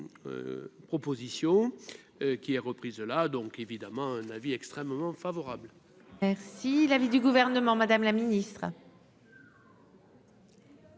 propositions, qui est reprise de la donc évidemment un avis extrêmement favorable. Merci l'avis du gouvernement, Madame la Ministre.